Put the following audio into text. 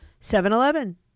7-Eleven